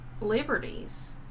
liberties